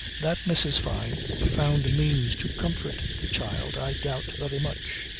that mrs. fyne found means to comfort the child i doubt very much.